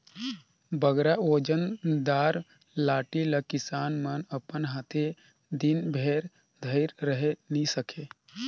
बगरा ओजन दार लाठी ल किसान मन अपन हाथे दिन भेर धइर रहें नी सके